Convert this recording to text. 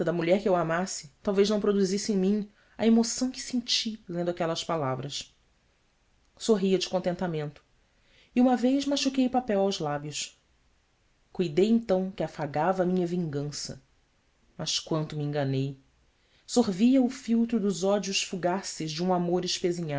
mulher que eu amasse talvez não produzisse em mim a emoção que senti lendo aquelas palavras sorria de contentamento e uma vez machuquei o papel aos lábios cuidei então que afagava a minha vingança mas quanto me enganei sorvia o filtro dos ódios fugaces de um amor